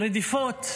וברדיפות